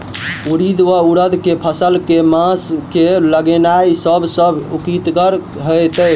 उड़ीद वा उड़द केँ फसल केँ मास मे लगेनाय सब सऽ उकीतगर हेतै?